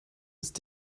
ist